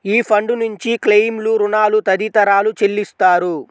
ఈ ఫండ్ నుంచి క్లెయిమ్లు, రుణాలు తదితరాలు చెల్లిస్తారు